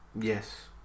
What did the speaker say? yes